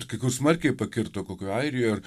kai kur smarkiai pakirto kokioj airijoj ar